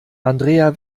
andrea